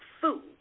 food